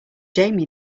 jamie